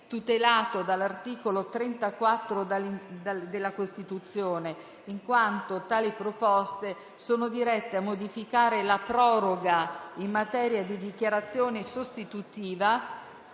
tutelato dall'articolo 34 della Costituzione, poiché tali proposte sono dirette a modificare la proroga in materia di dichiarazione sostitutiva